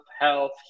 health